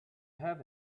have